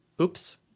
Oops